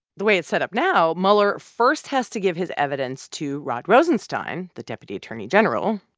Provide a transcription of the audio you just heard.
the way it's set up now, mueller first has to give his evidence to rod rosenstein, the deputy attorney general.